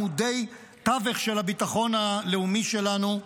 עמודי תווך של הביטחון הלאומי שלנו,